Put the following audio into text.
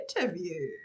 interview